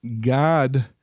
God